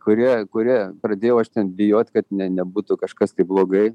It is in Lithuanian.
kurie kurie pradėjau aš ten bijot kad ne nebūtų kažkas tai blogai